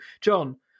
John